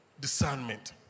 discernment